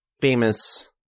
famous